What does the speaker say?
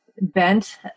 bent